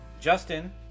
justin